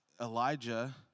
Elijah